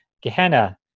Gehenna